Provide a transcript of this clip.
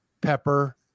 Pepper